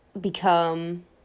become